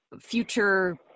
future